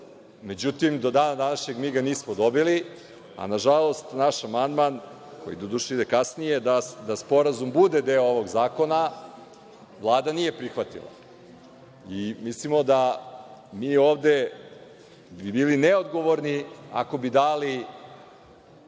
Međutim, do dana današnjem mi ga nismo dobili, a nažalost naš amandman, koji doduše ide kasnije, da sporazum bude deo ovog zakona, Vlada nije prihvatila. Mislimo da mi ovde bi bili neodgovorni ako bi dali